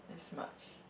as much